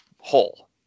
hole